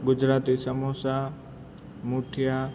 Gujarati samosa મુઠીયા